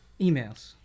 Emails